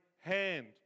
hand